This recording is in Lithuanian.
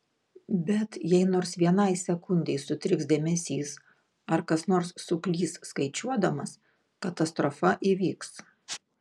bet jei nors vienai sekundei sutriks dėmesys ar kas nors suklys skaičiuodamas katastrofa įvyks